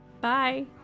Bye